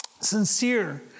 sincere